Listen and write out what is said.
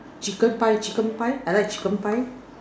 chicken pie chicken pie I like chicken pie